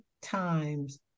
times